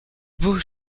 beau